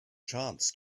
chance